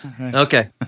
Okay